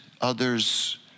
others